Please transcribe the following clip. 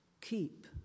Keep